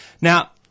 Now